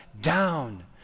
down